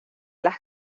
las